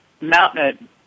mountain